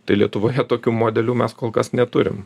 tai lietuvoje tokių modelių mes kol kas neturim